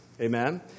amen